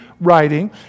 writing